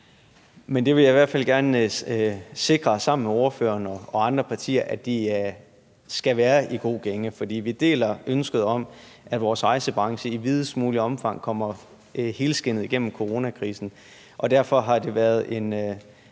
Det vil jeg i hvert fald gerne sammen med ordføreren og andre partier sikre, altså at de skal være i god gænge. For vi deler ønsket om, at vores rejsebranche i videst muligt omfang kommer helskindet igennem coronakrisen, og derfor har det været en